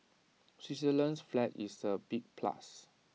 Switzerland's flag is A big plus